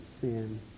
sin